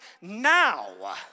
now